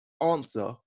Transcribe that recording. answer